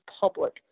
public